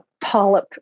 polyp